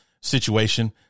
situation